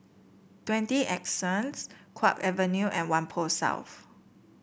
Twenty Anson Kwong Avenue and Whampoa South